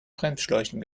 bremsschläuchen